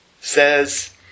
says